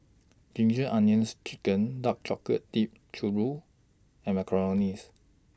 Ginger Onions Chicken Dark Chocolate Dipped Churro and Macarons